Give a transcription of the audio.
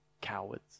cowards